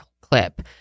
clip